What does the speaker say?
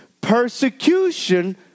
Persecution